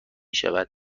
شود